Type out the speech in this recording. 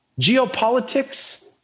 Geopolitics